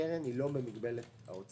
הקרן היא לא במגבלת ההוצאה.